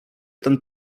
ten